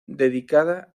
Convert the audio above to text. dedicada